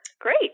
Great